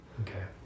Okay